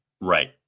right